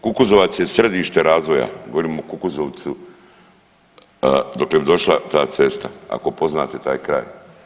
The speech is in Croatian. Kukuzovac je središte razvoja, govorim o Kukuzovcu dokle bi došla ta cesta ako poznate taj kraj.